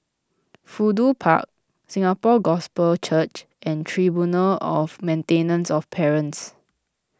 Fudu Park Singapore Gospel Church and Tribunal of Maintenance of Parents